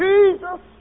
Jesus